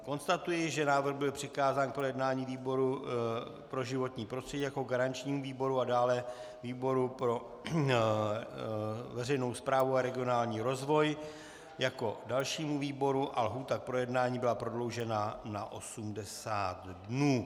Konstatuji, že návrh byl přikázán k projednání výboru pro životní prostředí jako garančnímu výboru a dále výboru pro veřejnou správu a regionální rozvoj jako dalšímu výboru a lhůta k projednání byla prodloužena na 80 dní.